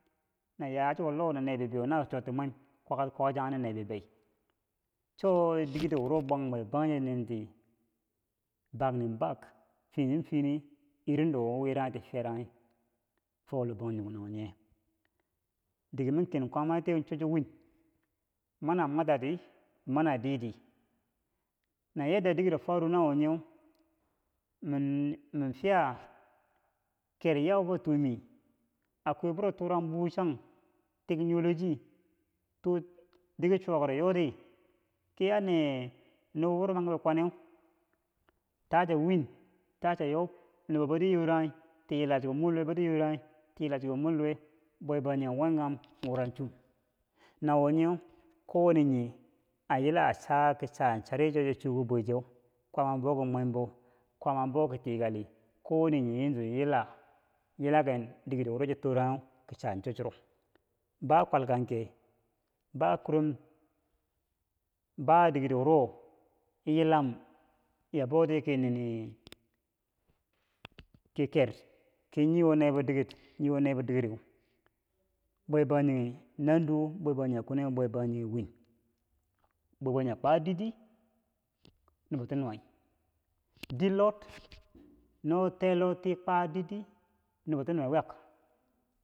na ya chuko loh na nee bibeyo na chorti mwem kwakal kwachanghe na ne bibei cho dikero wo bwang bwebangjinghe nenti bakni bak- fini finii iri don wo wiranghe ti fiyaranghe wi fo lohlangbanghe nawanye dikero ma ken kwaamatiye cho chwo weni manu a mwatati mani a diiti na yarda dikero faru nawo nyeu min fiya ker yau fa tome akwai biro turanghum buhu chan tik nyilok chik tu. u diger chowakaro yooti ki ya nee nubo biro man ki bikwane tacha win tacha Yob nubo boutiyaronghi kiyila chuko mor luwe bouti yoranghi ki yilai cuko mor luwe bwe bwa bangjijghe wam nuweb wura chume nawo nyeu kowane nii cha ki chachari cho wo chou na wonye kwaama bau ki mwebau kwaama a yila cha kicha chari kowanne nii yanzu yila, yila ken dikero wuro chi torangheu ki cha cho churo ba kwal kangke, ba kuronghi ba diketi wuro yilam chia bouti ki nini ki ker ki nii wo neebo diker nii wo nee bo dikereu bwe banjinghe nanduwo bwe bangjnghe kwenuweu bwe bangjinghe win bwe bangjinghe akwa dit di, nubo ti niuwai dit lod, no tee luweu tii kwa did dii nubo ti nuwi wiyak.